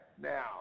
now